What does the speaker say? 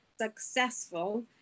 successful